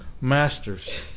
masters